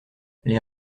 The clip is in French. les